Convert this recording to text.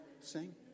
sing